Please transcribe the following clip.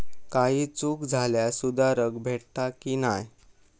काही चूक झाल्यास सुधारक भेटता की नाय?